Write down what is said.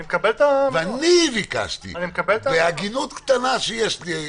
ואני ביקשתי בהגינות קטנה שיש לי,